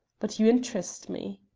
but you interest me.